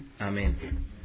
Amen